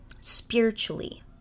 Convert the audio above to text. Spiritually